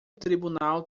tribunal